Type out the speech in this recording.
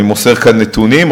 אני מוסר כאן נתונים,